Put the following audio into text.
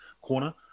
corner